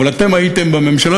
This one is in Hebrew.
אבל אתם הייתם בממשלה,